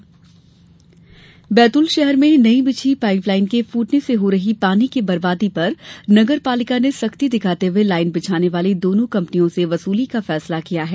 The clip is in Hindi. क्षतिग्रस्त पाइपलाइन बैतूल शहर में नई बिछी पाइप लाइनों के फूटने से हो रही पानी की बर्बादी पर नगर पालिका ने सख्ती दिखाते हुए लाइन बिछाने वाली दोनों केंपनियों से वसूली का फैसला किया है